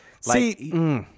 See